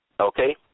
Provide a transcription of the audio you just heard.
Okay